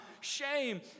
shame